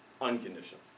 Unconditional